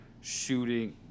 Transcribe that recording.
shooting